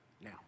now